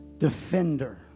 Defender